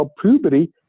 puberty